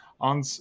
on